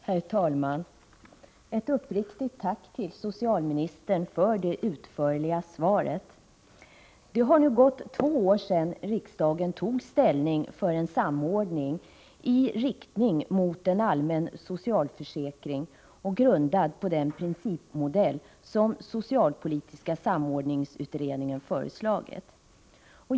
Herr talman! Ett uppriktigt tack till socialministern för det utförliga svaret! Det har nu gått två år sedan riksdagen tog ställning för en samordning i riktning mot en allmän socialförsäkring, grundad på den principmodell som socialpolitiska samordningsutredningen föreslagit.